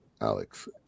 Alex